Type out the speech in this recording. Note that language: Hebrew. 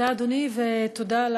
תודה, אדוני, ותודה על